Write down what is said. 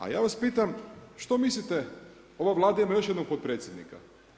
A ja vas pitam, što mislite, ova Vlada ima još jednog potpredsjednika.